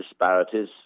disparities